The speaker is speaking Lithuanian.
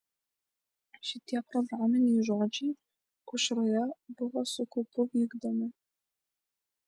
šitie programiniai žodžiai aušroje buvo su kaupu vykdomi